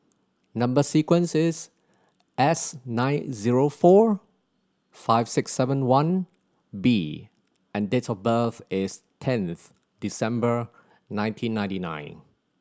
number sequence is S nine zero four five six seven one B and date of birth is tenth December nineteen ninety nine